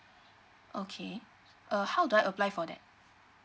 okay uh how do I apply for that